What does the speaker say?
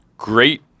Great